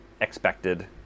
expected